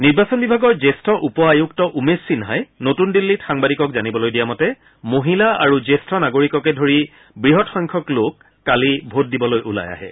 নিৰ্বাচন বিভাগৰ জ্যেষ্ঠ উপ আয়ুক্ত উমেশ সিনহাই নতুন দিল্লীত সাংবাদিকক জানিবলৈ দিয়া মতে মহিলা আৰু জ্যেষ্ঠ নাগৰিককে ধৰি বৃহৎ সংখ্যক লোক কালি ভোট দিবলৈ ওলাই আহে